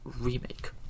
remake